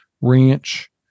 ranch